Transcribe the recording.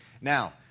Now